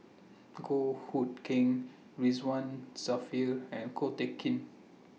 Goh Hood Keng Ridzwan Dzafir and Ko Teck Kin